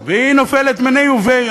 והיא נופלת מיניה וביה.